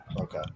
Okay